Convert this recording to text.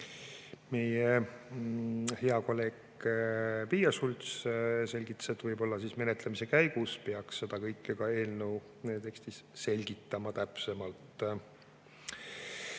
Meie hea kolleeg Piia Schults selgitas, et võib-olla menetlemise käigus peaks seda kõike ka eelnõu tekstis täpsemalt